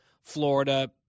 Florida